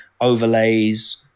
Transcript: overlays